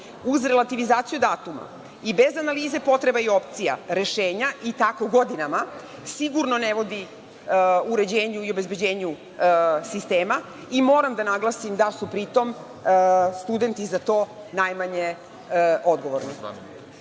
uz relativizaciju datuma i bez analize potreba i opcija, rešenja, i tako godinama, sigurno ne vodi uređenju i obezbeđenju sistema. Moram da naglasim da su pritom studenti za to najmanje odgovorni.